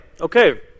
okay